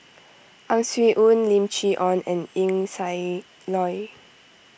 Ang Swee Aun Lim Chee Onn and Eng Siak Loy